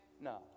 no